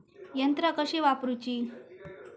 यंत्रा कशी वापरूची?